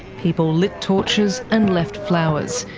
people lit torches and left flowers,